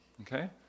Okay